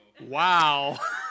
Wow